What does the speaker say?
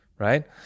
right